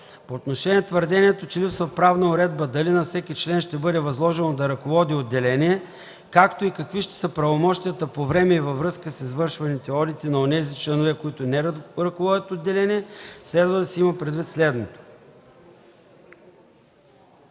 По отношение твърдението, че липсва правна уредба дали на всеки член ще бъде възложено да ръководи отделение, както и какви ще са правомощията по време и във връзка с извършваните одити на онези от членовете, които не ръководят отделения, следва да се има предвид следното.